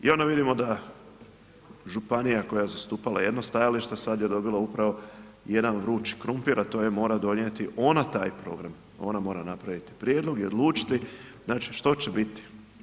I onda vidimo da županija koja je zastupala jedno stajalište, sad je dobila upravo jedan vrući krumpir, a to je, mora donijeti ona taj program, ona mora napraviti prijedlog i odlučiti znači što će biti.